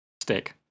stick